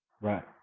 Right